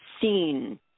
seen